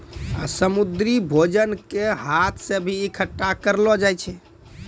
समुन्द्री भोजन के हाथ से भी इकट्ठा करलो जाय छै